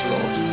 Lord